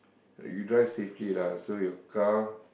but you drive safely lah so your car